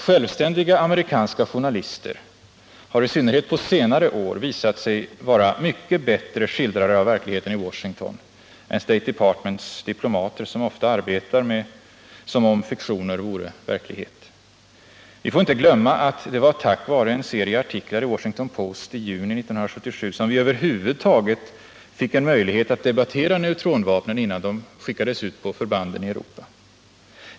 Självständiga amerikanska journalister har i synnerhet på senare år visat sig vara mycket bättre skildrare av verkligheten i Washington än State Departments diplomater, som ofta arbetar som om fiktioner vore verklighet. Vi får inte glömma att det var tack var en serie artiklar i Washington Post i juni 1977 som vi över huvud taget fick en möjlighet att debattera neutronvapen innan de skickades ut på förbanden i Europa.